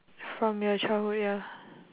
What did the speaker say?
from your childhood ya